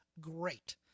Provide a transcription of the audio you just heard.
great